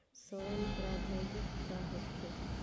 सड़न प्रधौगकी का होखे?